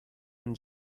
and